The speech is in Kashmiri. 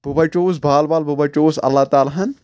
بہٕ بچیووُس بال بال بہٕ بچووُس اللہ تعالیٰ ہن